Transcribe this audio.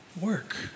work